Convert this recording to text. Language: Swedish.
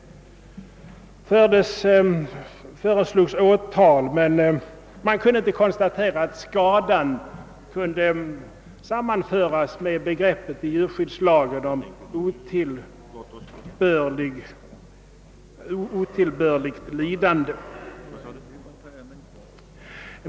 Det föreslogs åtal, men man kunde inte konstatera att skadan kunde inrymmas unrder begreppet »otillbörligt lidande» i djurskyddslagen.